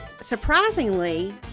surprisingly